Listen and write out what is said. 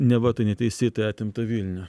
neva tai neteisėtai atimtą vilnių